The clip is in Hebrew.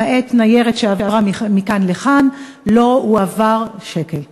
למעט ניירת שעברה מכאן לכאן לא הועבר שקל.